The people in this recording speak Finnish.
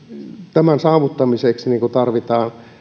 tämän saavuttamiseksi tarvitaan